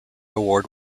award